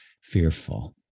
fearful